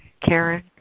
Karen